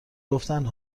گفتن